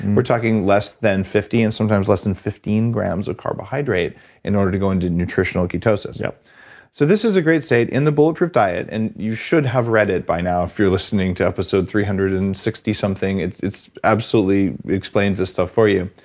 we're talking less than fifty and sometimes less than fifteen grams of carbohydrates in order to go into nutritional ketosis. yeah so this is a great state. in the bulletproof diet, and you should have read it by now if you're listening to episode three hundred and sixty something it's it's absolutely explains this stuff for you,